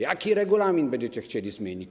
Jaki regulamin będziecie chcieli zmienić?